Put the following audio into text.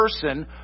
person